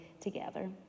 together